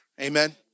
Amen